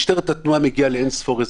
משטרת התנועה מגיעה לאינספור אזרחים,